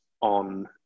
on